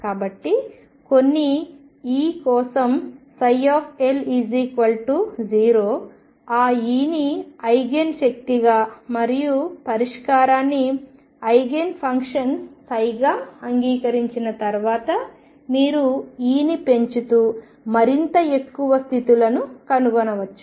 కాబట్టి కొన్ని E కోసం L0 ఆ Eని ఐగెన్ శక్తిగా మరియు పరిష్కారాన్ని ఐగెన్ ఫంక్షన్ గా అంగీకరించిన తర్వాత మీరు Eని పెంచుతూ మరింత ఎక్కువ స్థితులను కనుగొనవచ్చు